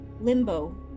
Limbo